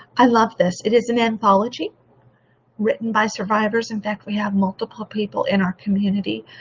i love this. it is an anthology written by survivors. in fact we have multiple people in our community,